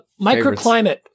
microclimate